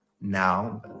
now